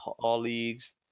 colleagues